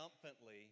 triumphantly